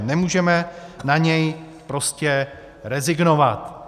Nemůžeme na něj prostě rezignovat.